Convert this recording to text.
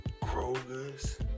Kroger's